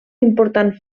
important